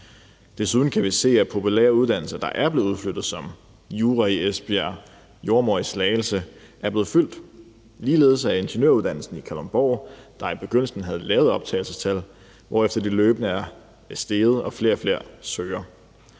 Desuden kan vi se, at populære uddannelser, der er blevet udflyttet, som jura i Esbjerg og jordemoderuddannelsen i Slagelse, er blevet fyldt. Ligeledes er ingeniøruddannelsen i Kalundborg, der i begyndelsen havde lave optagelsestal, hvorefter de løbende er steget og flere og